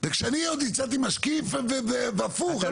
וכשאני עוד הצעתי משקיף והפוך הם הסכימו.